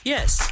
Yes